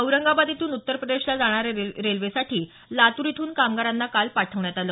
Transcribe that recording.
औरंगाबाद इथून उत्तर प्रदेशला जाणाऱ्या रेल्वेसाठी लातूर इथून कामगारांना काल पाठवण्यात आलं